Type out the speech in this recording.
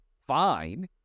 fine